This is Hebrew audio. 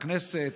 את הכנסת?